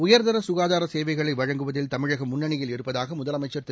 உயர்தர சுகாதார சேவைகளை வழங்குவதில் தமிழகம் முன்னணியில் இருப்பதாக முதலமைச்சர் திரு